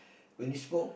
when you smoke